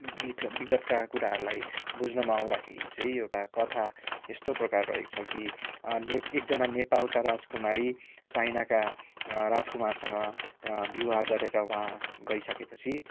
विगतका कुराहरूलाई बुझ्नमा आउँदाखेरि चाहिँ एउटा कथा यस्तो प्रकारको रहेछ कि एकजना नेपालका राजकुमारी चाइनाका राजकुमारसँग विवीह गरेर उहाँ गइसकेपछि